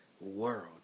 world